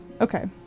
Okay